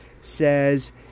says